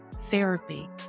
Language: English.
therapy